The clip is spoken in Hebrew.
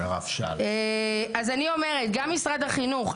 גם משרד החינוך,